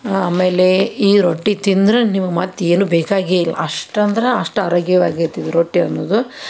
ಆಮೇಲೆ ಈ ರೊಟ್ಟಿ ತಿಂದರೆ ನಿಮಗೆ ಮತ್ತೆ ಏನೂ ಬೇಕಾಗೇ ಇಲ್ಲ ಅಷ್ಟು ಅಂದ್ರೆ ಅಷ್ಟು ಆರೋಗ್ಯವಾಗಿರ್ತಿದು ಈ ರೊಟ್ಟಿ ಅನ್ನುವುದು